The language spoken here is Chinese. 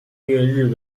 日本